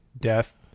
death